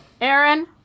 Aaron